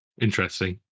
Interesting